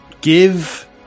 Give